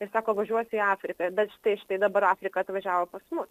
ir sako važiuoti į afriką bet štai štai dabar afrika atvažiavo pas mus